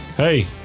Hey